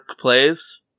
plays